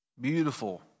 Beautiful